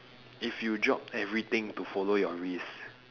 if you drop everything to follow your risk